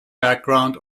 background